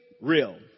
real